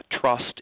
trust